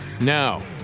Now